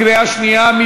קריאה שנייה.